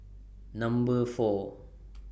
Number four